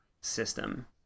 system